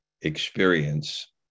experience